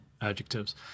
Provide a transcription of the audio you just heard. adjectives